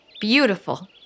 Beautiful